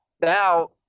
now